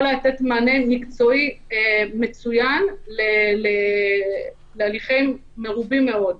לתת מענה מקצועי מצוין להליכים מרובים מאוד.